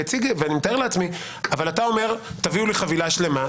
אבל אתה אומר: תביאו לי חבילה שלמה,